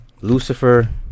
Lucifer